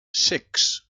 six